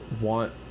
want